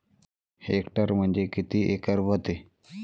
Hectare म्हणजे किती acre व्हते?